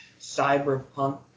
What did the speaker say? cyberpunk